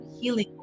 healing